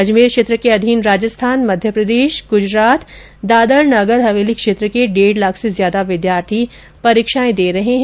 अजमेर क्षेत्र के अधीन राजस्थान मध्यप्रदेश गुजरात दादर नगर हवेली क्षेत्र के डेढ़ लाख से ज्यादा विद्यार्थी परीक्षाएं दे रहे है